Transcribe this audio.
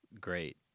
Great